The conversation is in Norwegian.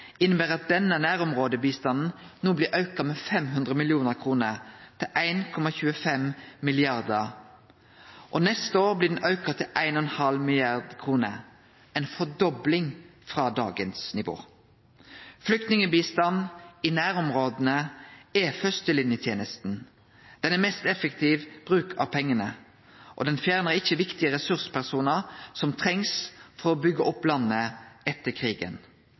inneber at denne nærområdebistanden no blir auka med 500 mill. kr til 1,25 mrd. kr. Neste år blir han auka til 1,5 mrd. kr – ei fordobling frå dagens nivå. Flyktningbistanden i nærområda er førstelinjetenesta. Det er den mest effektive bruken av pengane og fjernar ikkje ressurspersonar som trengst for å byggje opp landet etter krigen.